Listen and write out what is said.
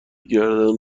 گردن